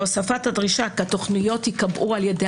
הוספת הדרישה כי התכניות ייקבעו על-ידי